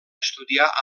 estudiar